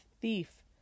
thief